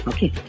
Okay